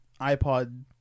iPod